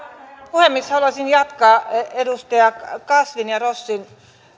puhemies haluaisin jatkaa edustaja kasvin ja rossin